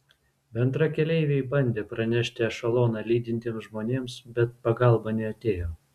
bendrakeleiviai bandė pranešti ešeloną lydintiems žmonėms bet pagalba neatėjo